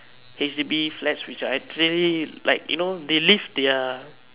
H_D_B flats which I actually like you know they live their